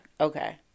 Okay